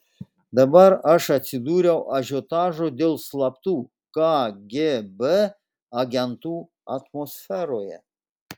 dabar aš atsidūriau ažiotažo dėl slaptų kgb agentų atmosferoje